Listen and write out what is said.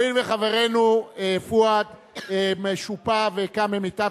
הואיל וחברנו פואד משופע וקם ממיטת